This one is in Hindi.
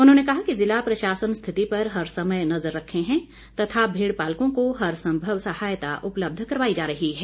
उन्होंने कहा कि जिला प्रशासन स्थिति पर हर समय नजर रखे हैं तथा भेड़पालकों को हरसंभव सहायता उपलब्ध करवाई जा रही है